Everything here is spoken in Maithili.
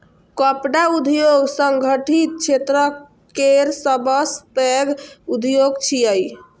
कपड़ा उद्योग संगठित क्षेत्र केर सबसं पैघ उद्योग छियै